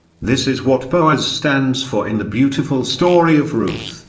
this is what boaz stands for in the beautiful story of ruth,